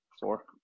Four